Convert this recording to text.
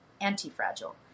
anti-fragile